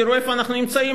תראו איפה אנחנו נמצאים,